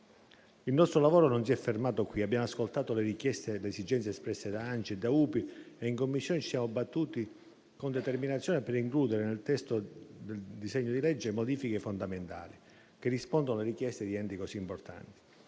Il nostro lavoro non si è fermato qui. Abbiamo ascoltato le richieste e le esigenze espresse da ANCI e da UPI e in Commissione ci siamo battuti con determinazione per includere nel testo del disegno di legge modifiche fondamentali che rispondono alle richieste di enti così importanti.